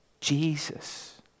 Jesus